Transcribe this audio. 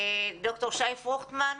ד"ר שי פרוכטמן,